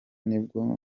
nibwo